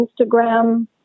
Instagram